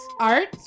art